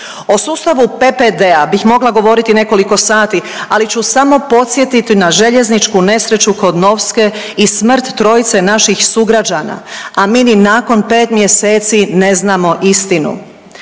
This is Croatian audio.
O sustavu PPD-a bih mogla govoriti nekoliko sati, ali ću samo podsjetiti na željezničku nesreću kod Novske i smrt trojice naših sugrađana, a mi ni nakon 5 mjeseci ne znamo istinu.